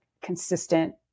consistent